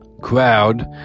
crowd